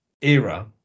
era